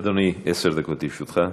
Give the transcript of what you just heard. אדוני, עשר דקות לרשותך.